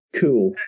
cool